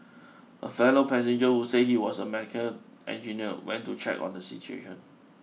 a fellow passenger who said he was a mechanical engineer went to check on the situation